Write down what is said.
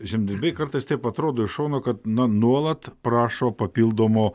žemdirbiai kartais taip atrodo iš šono kad na nuolat prašo papildomo